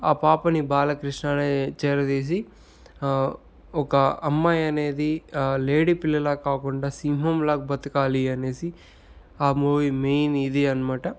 ఆ పాపని బాలకృష్ణనే చేరదీసి ఒక అమ్మాయి అనేది ఆ లేడీ పిల్లల కాకుండా సింహంలా బతకాలి అనేసి ఆ మూవీ మెయిన్ ఇది అనమాట